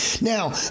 Now